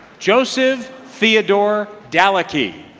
joseph theodore dalaki